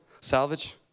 salvage